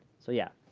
so, yeah.